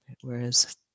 whereas